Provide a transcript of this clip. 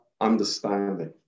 understanding